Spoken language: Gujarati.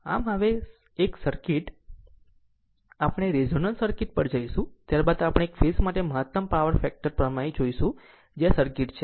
આમ હવે એક સર્કિટ આપણે રેઝોનન્સ સર્કિટ પર જઈશું ત્યારબાદ આપણે એક ફેઝ માટે મહત્તમ પાવર ફેક્ટર પ્રમેય જોશું જે આ સર્કિટ છે